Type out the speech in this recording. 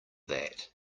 that